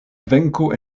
venko